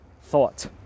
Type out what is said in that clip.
thought